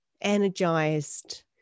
energized